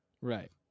right